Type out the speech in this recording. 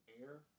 air